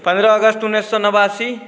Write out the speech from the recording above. पनरह अगस्त उनैस सओ नवासी